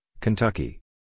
Kentucky